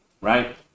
right